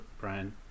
Brian